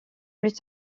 plus